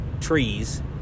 trees